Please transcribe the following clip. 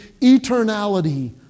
eternality